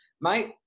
mate